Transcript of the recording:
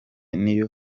n’iyo